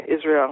Israel